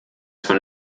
von